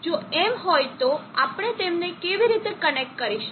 જો એમ હોય તો આપણે તેમને કેવી રીતે કનેક્ટ કરીશું